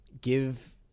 give